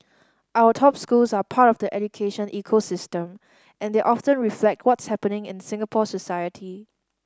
our top schools are part of the education ecosystem and they often reflect what's happening in Singapore society